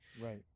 Right